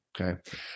okay